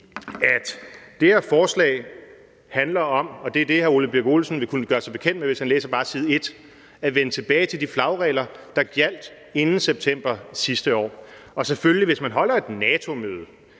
at det her forslag handler om – og det vil hr. Ole Birk Olesen kunne gøre sig bekendt med, hvis han læser bare side 1 – at vende tilbage til de flagregler, der gjaldt inden september sidste år. Og hvis man holder et NATO-møde,